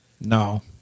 No